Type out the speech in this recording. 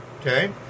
okay